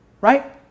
Right